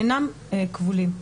אינם כבולים.